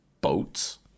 boats